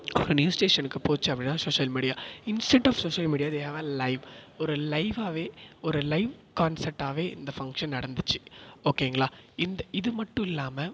ஒரு நியூஸ் ஸ்டேஷனுக்குப் போச்சு அப்படின்னா social media instant of social media they have a live ஒரு லைவாகவே ஒரு லைவ் கான்செப்ட்டாகவே இந்த ஃபங்க்ஷன் நடந்துச்சு ஓகேங்களா இந்த இது மட்டுல்லாமல்